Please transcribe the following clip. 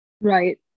Right